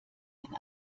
den